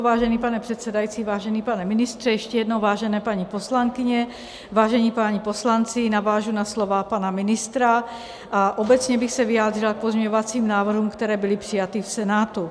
Vážený pane předsedající, vážený pane ministře, ještě jednou, vážené paní poslankyně, vážení páni poslanci, navážu na slova pana ministra a obecně bych se vyjádřila k pozměňovacím návrhům, které byly přijaty v Senátu.